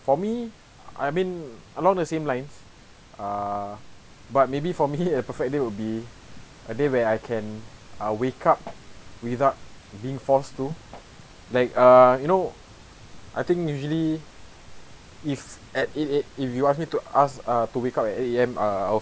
for me I mean along the same lines ah but maybe for me a perfect day will be a day where I can uh wake up without being forced to like uh you know I think usually if at eight eight if you ask me to ask uh to wake up at eight A_M uh